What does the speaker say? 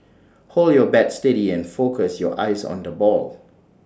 hold your bat steady and focus your eyes on the ball